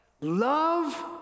Love